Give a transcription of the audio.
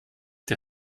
der